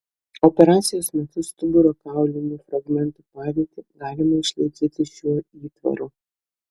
operacijos metu stuburo kaulinių fragmentų padėtį galima išlaikyti šiuo įtvaru